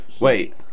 Wait